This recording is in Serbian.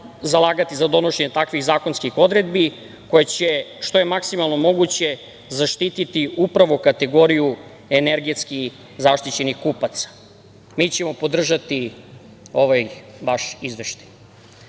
zalagati za donošenje takvih zakonskih odredbi koje će što je maksimalno moguće zaštititi upravo kategoriju energetski zaštićenih kupaca. Mi ćemo podržati ovaj vaš izveštaj. Što